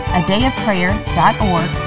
adayofprayer.org